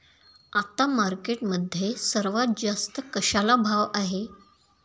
आता मार्केटमध्ये सर्वात जास्त कशाला भाव आहे?